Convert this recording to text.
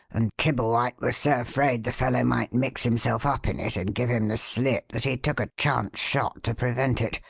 and kibblewhite was so afraid the fellow might mix himself up in it and give him the slip that he took a chance shot to prevent it.